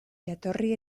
jatorri